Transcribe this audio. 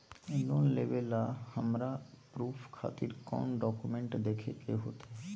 Loan लेबे ला हमरा प्रूफ खातिर कौन डॉक्यूमेंट देखबे के होतई?